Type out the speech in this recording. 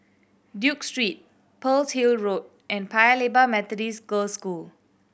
Duke Street Pearl's Hill Road and Paya Lebar Methodist Girls' School